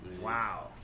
Wow